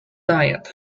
diet